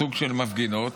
כמה מפגינות,